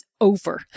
over